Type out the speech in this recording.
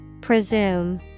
Presume